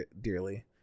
dearly